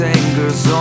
anger's